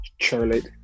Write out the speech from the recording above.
Charlotte